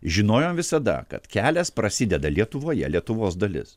žinojom visada kad kelias prasideda lietuvoje lietuvos dalis